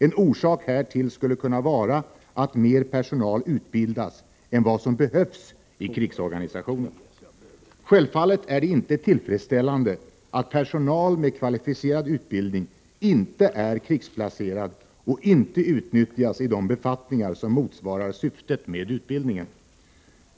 En orsak härtill skulle kunna vara att mer personal utbildas än vad som behövs i krigsorganisationen. Självfallet är det inte tillfredsställande att personal med kvalificerad utbildning inte är krigsplacerad och inte utnyttjas i de befattningar som motsvarar syftet med utbildningen.